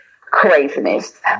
Craziness